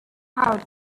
out